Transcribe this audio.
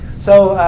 so,